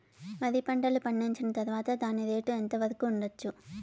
వరి పంటలు పండించిన తర్వాత దాని రేటు ఎంత వరకు ఉండచ్చు